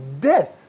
death